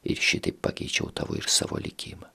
ir šitaip pakeičiau tavo ir savo likimą